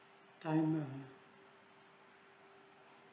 timer